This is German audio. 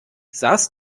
saß